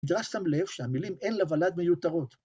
המדרש שם לב שהמילים אין לולד מיותרות.